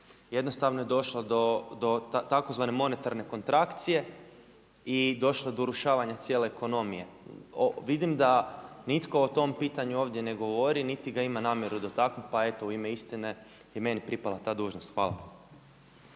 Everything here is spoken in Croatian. jednostavno je došlo do tzv. monetarne kontrakcije i došlo je do urušavanja cijele ekonomije. Vidim da nitko o tom pitanju ovdje ne govori niti ga ima namjeru dotaknuti, pa eto u ime istine meni je pripala ta dužnost. Hvala.